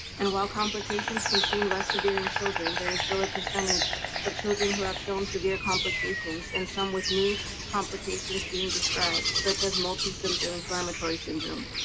and while complications can seem less severe in children, there's still a percentage of children who have shown severe complications and some with new complications being described, such as multisymptom inflammatory syndrome.